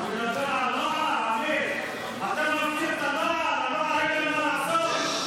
אין להם מה לעשות.